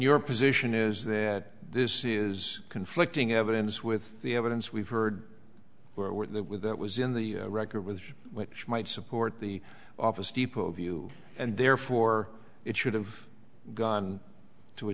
your position is that this is conflicting evidence with the evidence we've heard were there with that was in the record with which might support the office depot view and therefore it should have gone to a